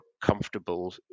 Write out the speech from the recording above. comfortable